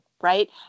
Right